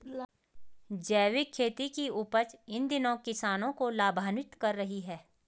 जैविक खेती की उपज इन दिनों किसानों को लाभान्वित कर रही है